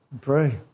pray